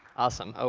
awesome. ah